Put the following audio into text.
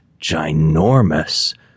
ginormous